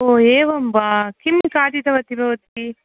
ओ एवं वा किं खादितवति भवति